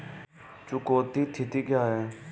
चुकौती तिथि क्या है?